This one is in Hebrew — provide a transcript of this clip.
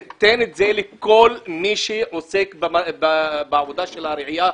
תן את זה לכל מי שעוסק בעבודת הרעייה.